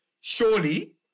Surely